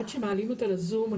עד שמעלים אותה לזום,